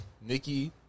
Nikki